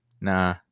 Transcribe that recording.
nah